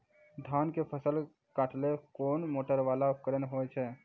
धान के फसल काटैले कोन मोटरवाला उपकरण होय छै?